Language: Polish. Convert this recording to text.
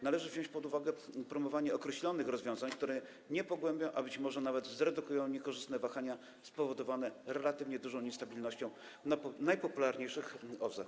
Należy wziąć pod uwagę promowanie określonych rozwiązań, które nie pogłębią, a być może nawet zredukują niekorzystne wahania spowodowane relatywnie dużą niestabilnością najpopularniejszych OZE.